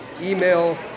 email